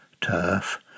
turf